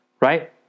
right